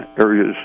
areas